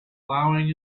plowing